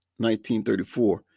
1934